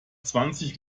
zwanzig